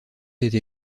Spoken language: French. été